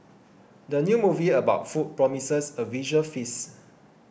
the new movie about food promises a visual feast